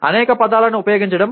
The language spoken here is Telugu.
అనేక పదాలను ఉపయోగించడం